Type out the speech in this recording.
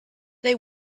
they